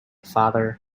father